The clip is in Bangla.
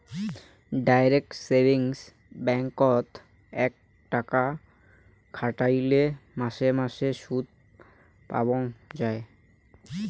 ডাইরেক্ট সেভিংস ব্যাঙ্ককোত এ টাকা খাটাইলে মাসে মাসে সুদপাবঙ্গ যাই